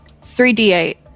3d8